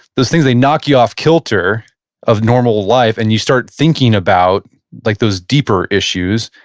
those things they knock you off kilter of normal life and you start thinking about like those deeper issues,